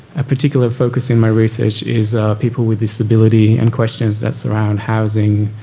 a particular focus in my research is people with disability and questions that surround housing,